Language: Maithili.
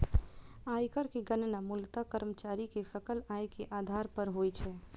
आयकर के गणना मूलतः कर्मचारी के सकल आय के आधार पर होइ छै